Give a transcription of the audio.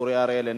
אורי אריאל,